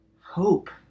hope